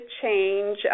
change